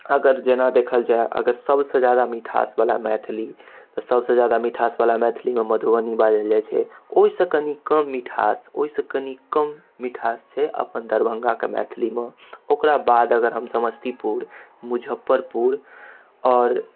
अगर जेना देखल जाय अगर सबसे जादा मिठास बला मैथिली तऽ सबसे जादा मिठास बला मैथिलीमे मधुबनी बाजल जाइत छै ओहिसँ कनि कम मिठास ओहिसँ कनि कम मिठास छै अपन दरभङ्गा कऽ मैथिलीमे ओकरा बाद अगर हम समस्तीपुर मुजफ्फरपुर आओर